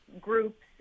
Groups